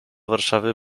warszawy